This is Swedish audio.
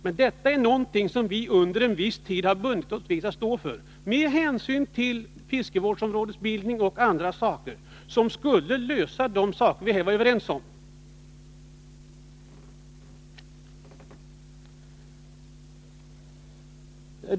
Men detta är någonting som vi har bundit oss vid att under en viss tid stå för, med hänsyn till fiskevårdsområdesbildning och andra saker, och som skulle lösa de problem vi var överens om fanns.